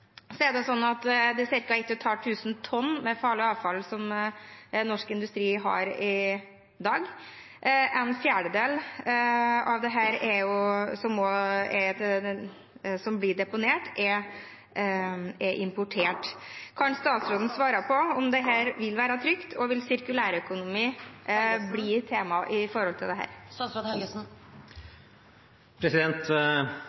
Det er ca. 1 500 tonn med farlig avfall fra norsk industri i dag. En fjerdedel av det som blir deponert, er importert. Kan statsråden svare på om dette vil være trygt? Og vil sirkulær økonomi bli et tema når det gjelder dette? Jeg vokste opp i Vestfold, og jeg husker veldig godt alle rundene som var om deponiet på Langøya da det